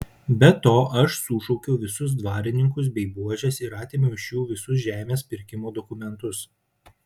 be to aš sušaukiau visus dvarininkus bei buožes ir atėmiau iš jų visus žemės pirkimo dokumentus